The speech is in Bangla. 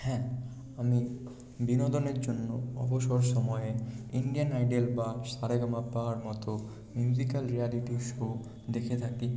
হ্যাঁ আমি বিনোদনের জন্য অবসর সময়ে ইন্ডিয়ান আইডেল বা সারেগামাপার মতো মিউজিকাল রিয়ালিটি শো দেখে থাকি